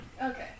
Okay